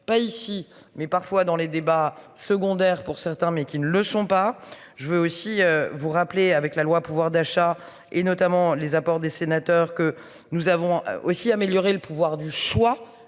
pas ici mais parfois dans les débats secondaires pour certains mais qui ne le sont pas. Je veux aussi vous rappeler avec la loi pouvoir d'achat et notamment les abords des sénateurs que nous avons aussi améliorer le pouvoir du choix